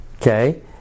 okay